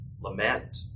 lament